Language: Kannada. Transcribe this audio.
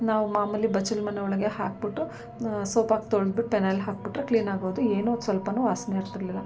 ನಾವು ಮಾಮೂಲಿ ಬಚ್ಚಲು ಮನೆ ಒಳಗೆ ಹಾಕಿಬಿಟ್ಟು ಸೋಪ್ ಹಾಕಿ ತೊಳ್ದಬಿಟ್ಟು ಫಿನೈಲ್ ಹಾಕಿಬಿಟ್ರೆ ಕ್ಲೀನ್ ಆಗೋದು ಏನು ಸ್ವಲ್ಪವೂ ವಾಸನೆ ಇರ್ತಿರಲಿಲ್ಲ